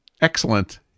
Excellent